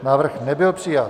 Návrh nebyl přijat.